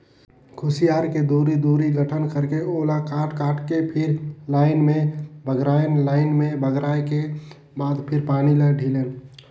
खुसियार के दूरी, दूरी गठन करके ओला काट काट के फिर लाइन से बगरायन लाइन में बगराय के बाद फिर पानी ल ढिलेन